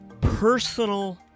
personal